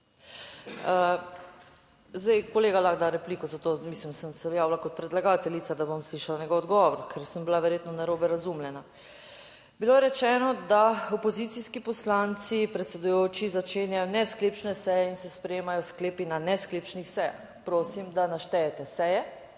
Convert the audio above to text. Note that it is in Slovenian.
Zdaj kolega lahko da repliko za to, mislim, da sem se javila kot predlagateljica, da bom slišala njegov odgovor, ker sem bila verjetno narobe razumljena. Bilo je rečeno, da opozicijski poslanci, predsedujoči, začenjajo nesklepčne seje in se sprejemajo sklepi na nesklepčnih sejah. Prosim, da naštejete seje: